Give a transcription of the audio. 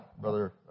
Brother